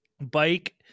bike